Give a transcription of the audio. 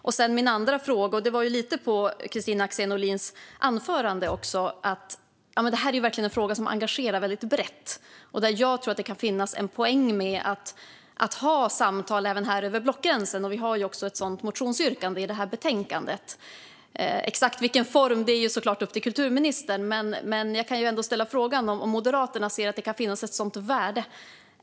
Kristina Axén Olin betonade i sitt anförande att det här är en fråga med ett brett engagemang hos alla. Jag tror att det kan finnas en poäng att samtala över blockgränsen, och det finns ett sådant motionsyrkande i betänkandet. Exakt vilken form är upp till kulturministern, men jag undrar om Moderaterna ser att det finns ett värde.